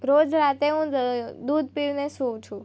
રોજ રાતે હું દ દૂધ પીને સૂવું છું